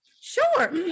Sure